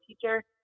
teacher